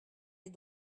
est